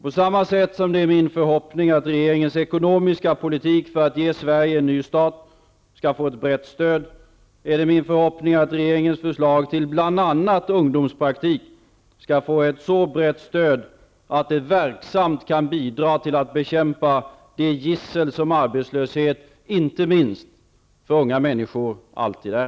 På samma sätt som det är min förhoppning att regeringens ekonomiska politik för att ge Sverige en ny start skall få ett brett stöd, är det min förhoppning att regeringens förslag till bl.a. ungdomspraktik skall få ett så brett stöd att det verksamt kan bidra till att bekämpa det gissel som arbetslöshet, inte minst för unga människor, alltid är.